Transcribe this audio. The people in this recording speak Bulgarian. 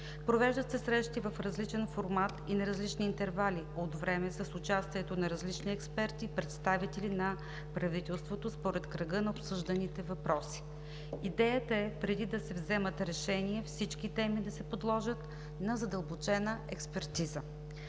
Провеждат се срещи в различен формат и на различни интервали от време с участието на различни експерти и представители на правителството според кръга на обсъжданите въпроси. Идеята е, преди да се вземат решения, всички теми да се подложат на задълбочена експертиза.